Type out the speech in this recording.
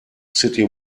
city